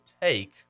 take